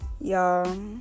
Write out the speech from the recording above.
y'all